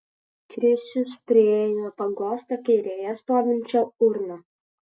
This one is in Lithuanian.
krisius priėjo paglostė kairėje stovinčią urną